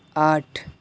آٹھ